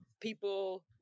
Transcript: people